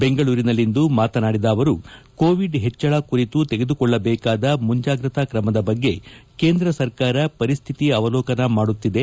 ಬೆಂಗಳೂರಿನಲ್ಲಿಂದು ಮಾತನಾಡಿದ ಅವರು ಕೋವಿಡ್ ಪೆಚ್ಚಳ ಕುರಿತು ತೆಗೆದುಕೊಳ್ಳಬೇಕಾದ ಮುಂಜಾಗ್ರತಾ ತ್ರಮದ ಬಗ್ಗೆ ಕೇಂದ್ರ ಸರ್ಕಾರ ಪರಿಸ್ಥಿತಿ ಅವಲೋಕನ ಮಾಡುತ್ತಿದೆ